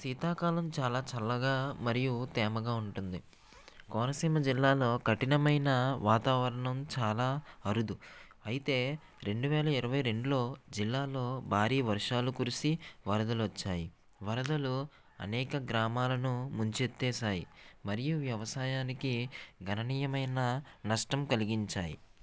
శీతాకాలంలో చాలా చల్లగా మరియు తేమగా ఉంటుంది కోనసీమ జిల్లాలో కఠినమైన వాతావరణం చాలా అరుదు అయితే రెండు వేల ఇరవై రెండులో జిల్లాలో భారీ వర్షాలు కురిసి వరదలు వచ్చాయి వరదలు అనేక గ్రామాలను ముంచే చ్చేతేసాయి మరియు వ్యవసాయానికి గణనీయమైన నష్టం కలిగించాయి